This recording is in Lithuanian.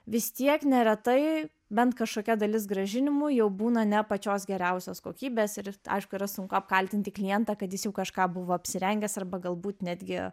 vis tiek neretai bent kažkokia dalis grąžinimų jau būna ne pačios geriausios kokybės ir aišku yra sunku apkaltinti klientą kad jis jau kažką buvo apsirengęs arba galbūt netgi